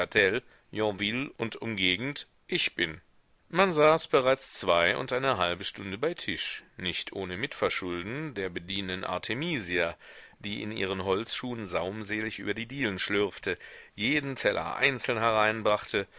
und umgegend ich bin man saß bereits zwei und eine halbe stunde bei tisch nicht ohne mitverschulden der bedienenden artemisia die in ihren holzschuhen saumselig über die dielen schlürfte jeden teller einzeln